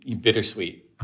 bittersweet